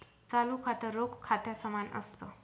चालू खातं, रोख खात्या समान असत